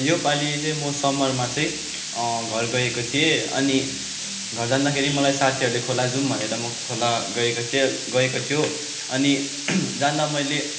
योपालि चाहिँ म समरमा चाहिँ घर गएको थिएँ अनि घर जाँदाखेरि मलाई साथीहरूले खोला जाउँ भनेर म खोला गएको थिएँ गएको थियो अनि जाँदा मैले